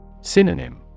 Synonym